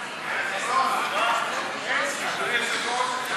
עבודה מועדפת לאחר שירות קבע והרחבת תחום הסיעוד),